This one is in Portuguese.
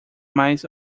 mais